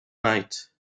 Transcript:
night